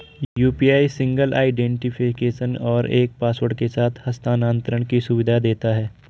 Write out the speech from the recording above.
UPI single identification और एक password के साथ हस्थानांतरण की सुविधा देता है